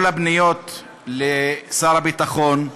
כל הפניות לשר הביטחון,